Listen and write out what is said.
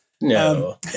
No